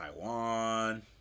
Taiwan